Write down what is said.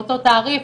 באותו תעריף,